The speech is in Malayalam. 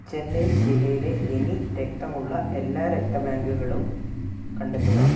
ചെന്നൈ ജില്ലയിലെ എനി രക്തമുള്ള എല്ലാ രക്തബാങ്കുകളും കണ്ടെത്തുക